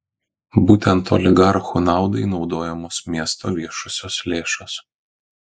būtent oligarchų naudai naudojamos miesto viešosios lėšos